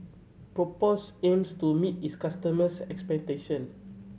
Propass aims to meet its customers' expectation